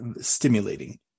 stimulating